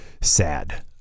sad